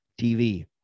TV